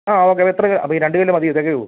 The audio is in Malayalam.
ആ ഓക്കെ അപ്പോൾ എത്ര ഈ രണ്ട് കിലോ മതിയോ തികയുമോ